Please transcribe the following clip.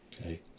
Okay